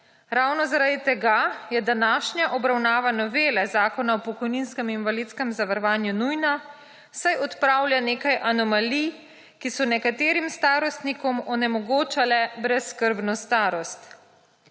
Ravno zaradi tega je današnja obravnava novele zakona o pokojninskem in invalidskem zavarovanju nujna, saj odpravlja nekaj anomalij, ki so nekaterim starostnikom onemogočale brezskrbno starost.